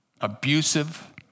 abusive